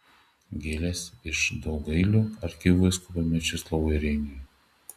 gėlės iš daugailių arkivyskupui mečislovui reiniui